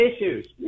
issues